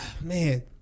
man